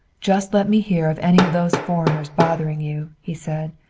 just let me hear of any of those foreigners bothering you, he said,